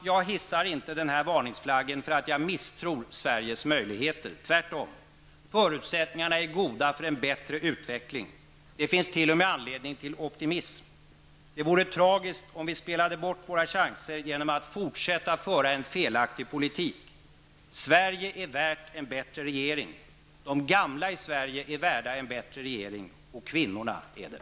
Jag hissar inte denna varningsflagg för att jag misstror Sveriges möjligheter. Tvärtom. Förutsättningarna är goda för bättre utveckling. Det finns t.o.m. anledning till optimism. Det vore tragiskt om vi spelade bort våra chanser genom att fortsätta föra en felaktig politik. Sverige är värt en bättre regering! De gamla i Sverige är värda en bättre regering. Och kvinnorna är det.